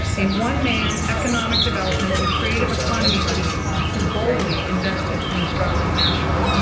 a one-man economic development and creative economy team who boldly invested in a struggling asheville.